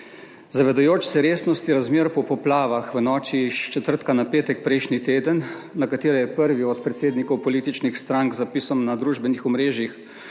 Zavedajoč se resnosti razmer po poplavah v noči s četrtka na petek prejšnji teden, na katere je prvi od predsednikov političnih strank z zapisom na družbenih omrežjih